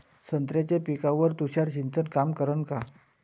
संत्र्याच्या पिकावर तुषार सिंचन काम करन का?